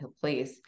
place